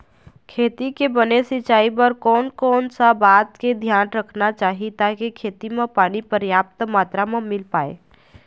खेती के बने सिचाई बर कोन कौन सा बात के धियान रखना चाही ताकि खेती मा पानी पर्याप्त मात्रा मा मिल पाए?